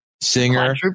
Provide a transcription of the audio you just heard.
singer